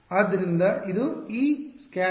ಆದ್ದರಿಂದ ಇದು Escat ಗೆ ಸಮಾನವಾಗಿರುತ್ತದೆ